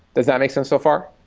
does that make sense so far?